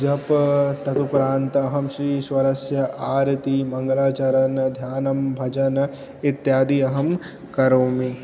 जपः तदुप्रान्त् अहं श्रीश्वरस्य आरतिं मङ्गलाचरणं ध्यानं भजनं इत्यादि अहं करोमि